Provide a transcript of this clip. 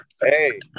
hey